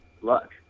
luck